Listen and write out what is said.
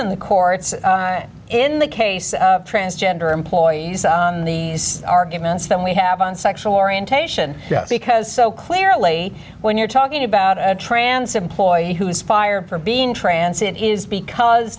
in the courts in the case six transgender employees on the arguments than we have on sexual orientation because so clearly when you're talking about an trance employee who is fired for being intransigent is because